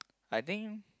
I think